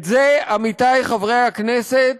את זה, עמיתי חברי הכנסת,